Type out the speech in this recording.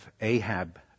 Ahab